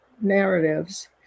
narratives